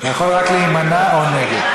אתה יכול רק להימנע או נגד.